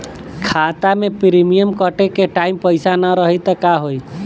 खाता मे प्रीमियम कटे के टाइम पैसा ना रही त का होई?